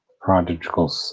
prodigal